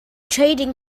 trading